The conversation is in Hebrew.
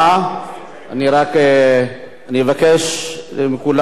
אבקש מכולם להתכנס.